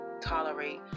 tolerate